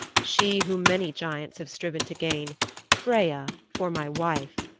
she whom many giants have striven to gain freya, for my wife,